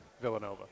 Villanova